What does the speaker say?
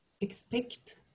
expect